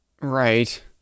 Right